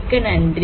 மிக்க நன்றி